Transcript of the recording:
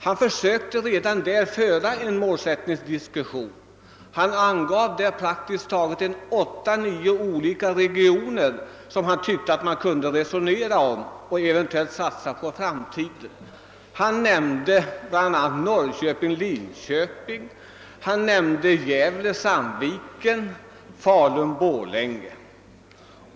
Han försökte redan då föra en målsättningsdiskussion och angav åtta till nio olika regioner som man enligt hans mening kunde resonera om och eventuellt satsa på i framtiden. Han nämnde bl.a. Norrköping —Linköping, Gävle—Sandviken och Falun—Borlänge.